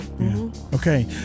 Okay